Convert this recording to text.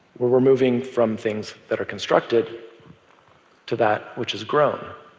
where we're moving from things that are constructed to that which is grown.